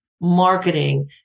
marketing